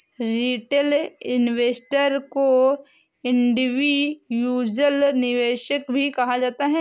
retail investor को individual निवेशक भी कहा जाता है